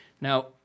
Now